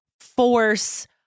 force